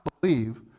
believe